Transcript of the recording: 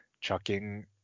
chucking